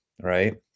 right